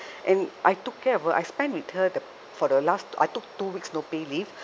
and I took care of her I spend with her the for the last I took two weeks no pay leave